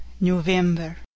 November